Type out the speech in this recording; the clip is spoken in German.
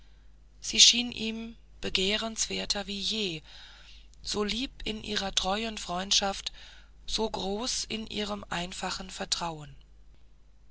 sie erschien ihm begehrenswerter wie je so lieb in ihrer treuen freundschaft so groß in ihrem einfachen vertrauen